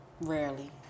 Rarely